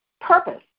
purpose